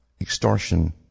Extortion